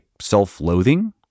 self-loathing